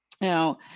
Now